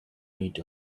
meat